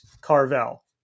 Carvel